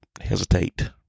hesitate